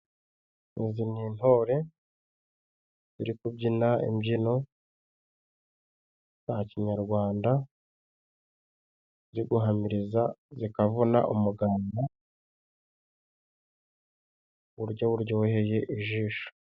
Izi ni intore ziri kubyina imbyino za Kinyarwanda, ziri guhamiriza zikavuna umugara mu buryo buryoheye ijisho.